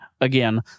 again